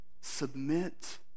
submit